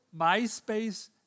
MySpace